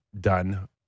done